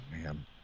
man